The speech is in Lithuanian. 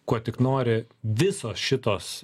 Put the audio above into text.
kuo tik nori visos šitos